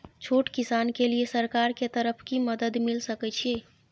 छोट किसान के लिए सरकार के तरफ कि मदद मिल सके छै?